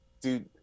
dude